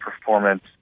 performance